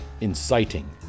Inciting